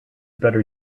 better